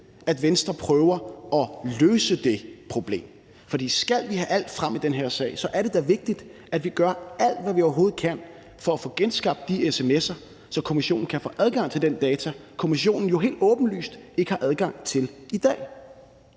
at Venstre prøver at løse det problem, for skal vi have alt frem i den her sag, er det da vigtigt, at vi gør alt, hvad vi overhovedet kan, for at få genskabt de sms'er, så kommissionen kan få adgang til den data, kommissionen jo helt åbenlyst ikke har adgang til i dag.